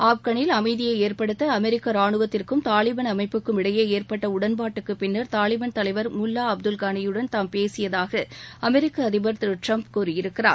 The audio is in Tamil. ஆப்கனில் அமைதியை ஏற்படுத்த அமெரிக்க ரானுவத்திற்கும் தாலிபன் அமைப்புக்கும் இடையே ஏற்பட்ட உடன்பாட்டுக்குப் பின்னர் தாலிபன் தலைவர் முல்லா அப்துல் கனியுடன் தாம் பேசியதாக அமெரிக்க அதிபர் திரு ட்ரம்ப் கூறியிருக்கிறார்